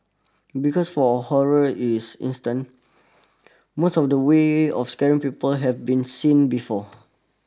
because for horror is instant most of the ways of scaring people have been seen before